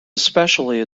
especially